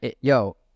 Yo